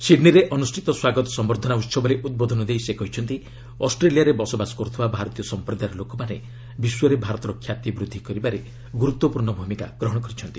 ସିଡ୍ନୀରେ ଅନୁଷ୍ଠିତ ସ୍ୱାଗତ ସମ୍ଭର୍ଦ୍ଧନା ଉହବରେ ଉଦ୍ବୋଧନ ଦେଇ ସେ କହିଛନ୍ତି ଅଷ୍ଟ୍ରେଲିଆରେ ବସବାସ କରୁଥିବା ଭାରତୀୟ ସମ୍ପ୍ରଦାୟର ଲୋକମାନେ ବିଶ୍ୱରେ ଭାରତର ଖ୍ୟାତି ବୃଦ୍ଧି କରିବାକ୍ଷର ଗୁରୁତ୍ୱପୂର୍ଣ୍ଣ ଭୂମିକା ଗ୍ରହଣ କରିଛନ୍ତି